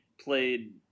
played